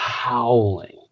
Howling